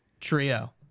Trio